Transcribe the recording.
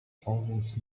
almost